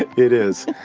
it it is,